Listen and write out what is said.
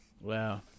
wow